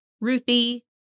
Ruthie